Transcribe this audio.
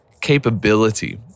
capability